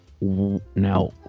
now